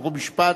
חוק ומשפט,